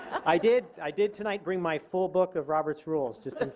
i did i did tonight bring my full book of roberts rules just